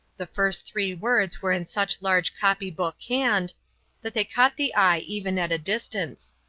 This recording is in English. the first three words were in such large copy-book hand that they caught the eye even at a distance.